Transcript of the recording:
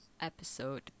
episode